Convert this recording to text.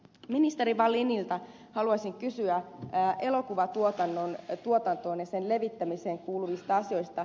ministeri wallinilta haluaisin kysyä elokuvatuotantoon ja sen levittämiseen kuuluvista asioista